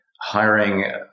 hiring